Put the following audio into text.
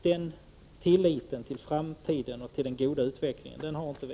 Den tilliten till framtiden och den goda utvecklingen har inte vi.